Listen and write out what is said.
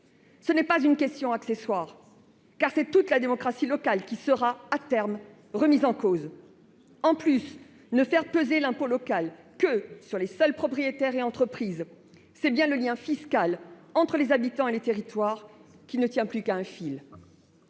Ce n'est pas une question accessoire, car c'est toute la démocratie locale qui sera, à terme, remise en cause. En outre, si l'on ne fait peser l'impôt local que sur les seuls propriétaires et entreprises, le lien fiscal entre les habitants et leurs territoires ne tient plus qu'à un fil.